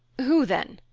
who then?